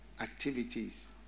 activities